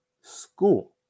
school